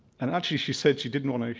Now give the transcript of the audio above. and actually she said she didn't want to